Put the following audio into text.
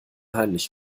heimlich